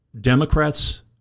Democrats